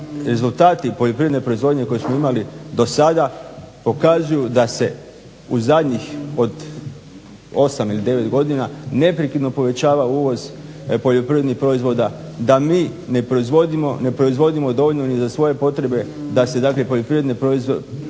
rezultati poljoprivredne proizvodnje koje smo imali do sada pokazuju da se u zadnjih od 8 ili 9 godina neprekidno povećava uvoz poljoprivrednih proizvoda, da mi ne proizvodimo dovoljno ni za svoje potrebe, da se dakle poljoprivredne površine